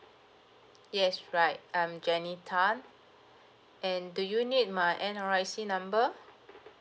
yes right I'm jenny tan and do you need my N_R_I_C number